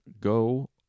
go